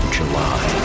July